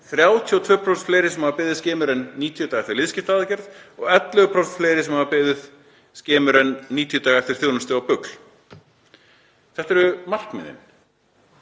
32% fleiri sem hafa beðið skemur en 90 daga eftir liðskiptaaðgerð og 11% fleiri sem hafa beðið skemur en 90 daga eftir þjónustu á BUGL. Þetta eru markmiðin